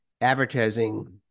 advertising